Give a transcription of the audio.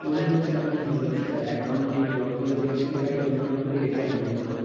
মনে হচ্ছে আপনি ভুলবশত অ্যাকাউন্টটি ব্লক করে দিয়েছেন তাই অনুগ্রহ করে এটি আনব্লক করুন